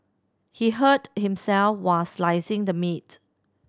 he hurt himself while slicing the meat